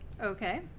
Okay